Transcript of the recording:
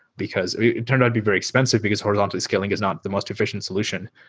because it turned out to be very expensive, because horizontal scaling is not the most efficient solution.